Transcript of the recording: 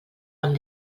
amb